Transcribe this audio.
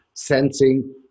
sensing